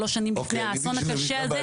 שלוש שנים לפני האסון הזה.